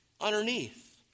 underneath